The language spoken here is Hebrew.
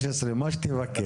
15, מה שתבקש.